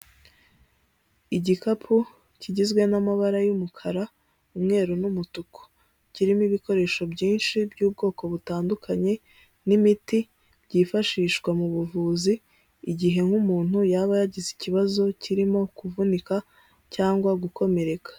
Igikapu kigizwe n'amabara y'umukara, umweru n'umutuku. Kirimo ibikoresho byinshi by'ubwoko butandukanye, n'imiti byifashishwa mu buvuzi. Igihe nk'umuntu yaba yagize ikibazo kirimo kuvunika cyangwa gukomereka.